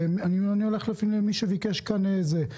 לפי מי שביקש רשות דיבור.